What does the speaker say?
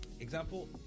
example